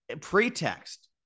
pretext